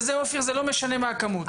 זה לא משנה מה הכמות.